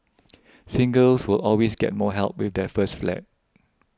singles will always get more help with their first flat